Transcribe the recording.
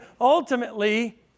ultimately